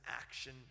action